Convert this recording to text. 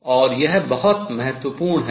और यह बहुत महत्वपूर्ण है